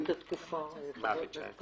מאפשרים לו להמשיך ולדון במשך תקופה ארוכה מאוד.